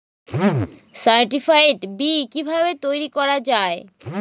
Certified বি কিভাবে তৈরি করা যায়?